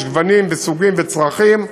יש גוונים וסוגים וצרכים.